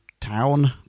Town